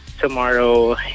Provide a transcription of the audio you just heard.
tomorrow